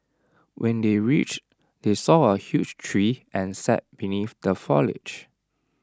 when they reached they saw A huge tree and sat beneath the foliage